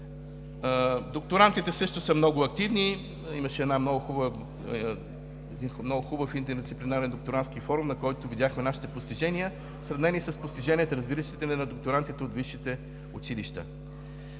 Докторантите също са много активни. Имаше един много хубав интердисциплинарен докторантски форум, на който видяхме нашите постижения, сравнени с постиженията, разбира се, на докторантите от висшите училища.